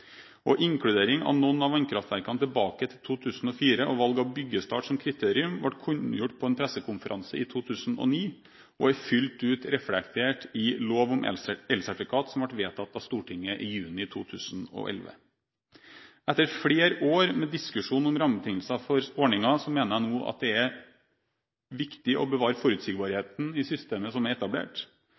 og valg av byggestart som kriterium, ble kunngjort på en presskonferanse i 2009 og er fullt ut reflektert i lov om elsertifikater som ble vedtatt av Stortinget i juni 2011. Etter flere år med diskusjon om rammebetingelser for ordningen, mener jeg at det nå er viktig å bevare forutsigbarheten i systemet som er etablert.